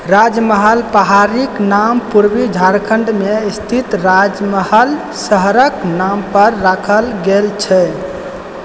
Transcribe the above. राजमहल पहाड़ीक नाम पूर्वी झारखण्डमे स्थित राजमहल शहरक नामपर राखल गेल छै